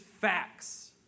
facts